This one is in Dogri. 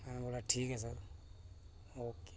में बोल्लेआ ठीक ऐ सर ओके